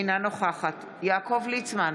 אינה נוכחת יעקב ליצמן,